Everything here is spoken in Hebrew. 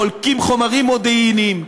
חולקים חומרים מודיעיניים,